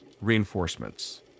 reinforcements